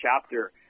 chapter